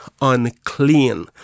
unclean